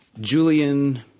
Julian